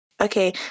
Okay